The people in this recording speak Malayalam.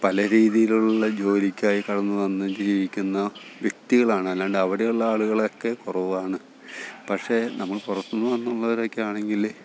പല രീതിയിലുള്ള ജോലിക്കായി കടന്ന് വന്ന് ജീവിക്കുന്ന വ്യക്തികളാണ് അല്ലാണ്ട് അവിടെയുള്ള ആളുകളൊക്കെ കുറവാണ് പക്ഷേ നമ്മൾ പുറത്തൂന്ന് വന്നുള്ളവരൊക്കെയാണെങ്കിൽ